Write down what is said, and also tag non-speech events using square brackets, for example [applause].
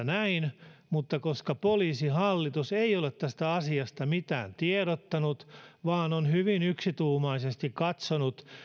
[unintelligible] näin mutta poliisihallitus ei ole tästä asiasta mitään tiedottanut vaan on hyvin yksituumaisesti katsonut